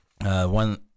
one